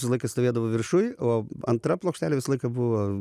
visą laiką stovėdavo viršuj o antra plokštelė visą laiką buvo